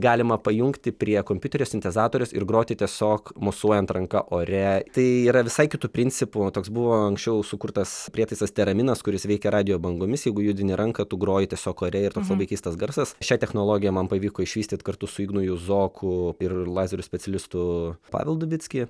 galima pajungti prie kompiuterio sintezatoriaus ir groti tiesiog mosuojant ranka ore tai yra visai kitu principu toks buvo anksčiau sukurtas prietaisas teraminas kuris veikia radijo bangomis jeigu judini ranką tu groji tiesiog ore ir toks labai keistas garsas šią technologiją man pavyko išvystyt kartu su ignu juzoku ir lazerių specialistu pavel dubicki